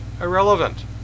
irrelevant